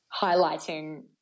highlighting